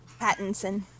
Pattinson